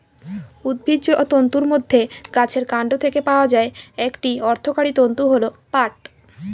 উদ্ভিজ্জ তন্তুর মধ্যে গাছের কান্ড থেকে পাওয়া একটি অর্থকরী তন্তু হল পাট